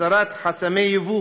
הסרת חסמי יבוא